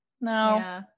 no